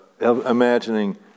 imagining